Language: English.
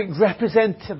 representative